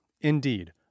Indeed